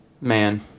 Man